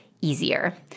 easier